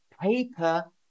paper